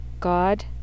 God